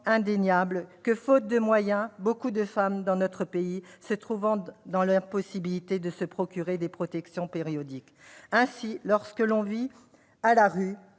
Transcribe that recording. indéniable que, faute de moyens, beaucoup de femmes dans notre pays se retrouvent dans l'impossibilité de se procurer des protections périodiques. Ainsi, lorsque l'on vit à la rue